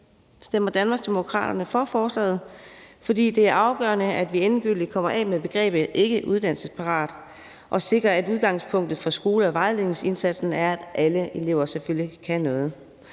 stemmer Danmarksdemokraterne for forslaget. Det er afgørende, at vi endegyldigt kommer af med begrebet ikke uddannelsesparat og sikrer, at udgangspunktet for skole- og vejledningsindsatsen er, at alle elever selvfølgelig kan noget.